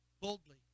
boldly